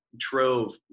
Trove